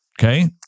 Okay